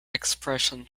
expression